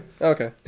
Okay